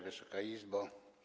Wysoka Izbo!